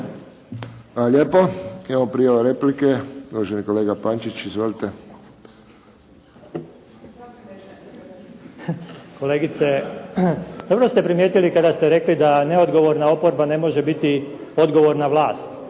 lijepo. Evo prijava replike. Uvaženi kolega Pančić. Izvolite. **Pančić, Ivica (SDP)** Kolegice, dobro ste primijetili kada ste rekli da neodgovorna oporba ne može biti odgovorna vlast.